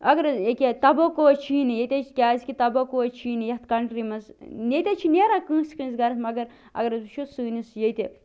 اگر حظ أکہِ تمباکو حظ چھُیی نہٕ ییٚتہِ حظ کیٛازِکہِ تمباکو حظ چھُیی نہٕ یَتھ کنٹرٛی منٛز ییٚتہِ حظ چھُ نیران کٲنٛسہِ کٲنٛسہِ گھرس مگر اگرأسۍ وُچھو سٲنِس ییتہِ